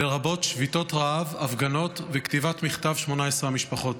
לרבות שביתות רעב, הפגנות וכתיבת מכתב 18 המשפחות.